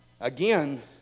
Again